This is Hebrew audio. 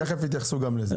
תכף יתייחסו לזה.